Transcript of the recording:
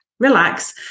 Relax